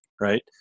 right